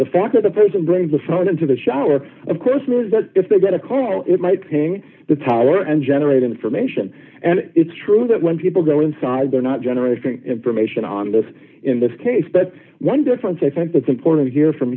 the fact that the person bringing the phone into the shower of course knows that if they got a call it might ping the tower and generate information and it's true that when people go inside they're not generating information on this in this case but one difference i think that's important here from